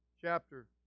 chapter